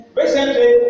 recently